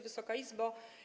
Wysoka Izbo!